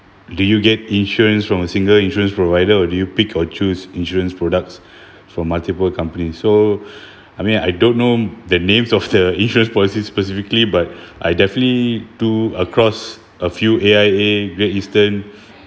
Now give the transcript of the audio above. did you get insurance from a single insurance provider or do you pick or choose insurance products from multiple companies so I mean I don't know the names of the insurance policies specifically but I definitely do across a few A_I_A great eastern